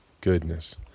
Goodness